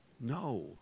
no